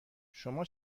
شما